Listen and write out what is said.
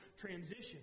transition